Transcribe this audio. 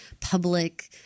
public